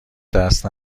دست